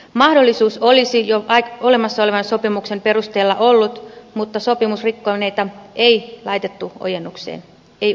mahdollisuus olisi jo olemassa olevan sopimuksen perusteella ollut mutta sopimuksen rikkoneita ei laitettu ojennukseen ei uskallettu